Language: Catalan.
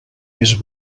més